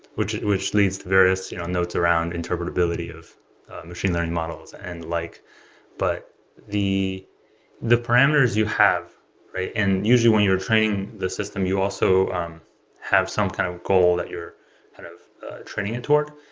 which which leads to various note-around interpretability of machine learning models and like but the the parameters you have and usually when you're training the system, you also um have some kind of goal that you're kind of training it to work,